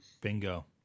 Bingo